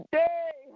day